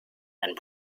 and